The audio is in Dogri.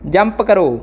जंप करो